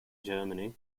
germany